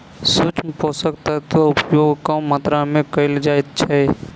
सूक्ष्म पोषक तत्वक उपयोग कम मात्रा मे कयल जाइत छै